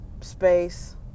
space